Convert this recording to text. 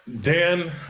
Dan